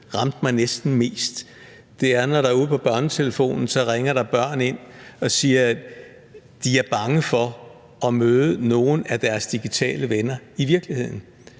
ramte mig mest, er, når der på BørneTelefonen ringer børn ind og siger, at de er bange for at møde nogle af deres digitale venner i virkeligheden,